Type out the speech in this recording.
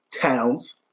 Towns